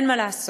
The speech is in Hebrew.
אין מה לעשות.